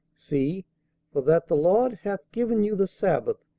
see for that the lord hath given you the sabbath,